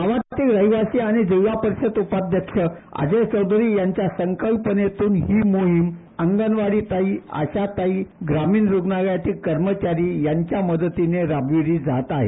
गावातील रहीवासी आणि जिल्हा उपाध्यक्ष अजय चौधरी यांच्या संकल्पनेतून ही मोहीम अंगणवाडी ताई आशाताई ग्रामीण रुग्णालयातील कर्मचारी यांच्या मदतीने राबविली जात आहे